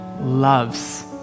Loves